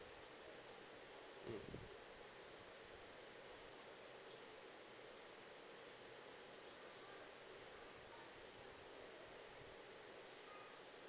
um